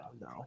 no